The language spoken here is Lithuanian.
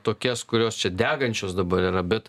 tokias kurios čia degančios dabar yra bet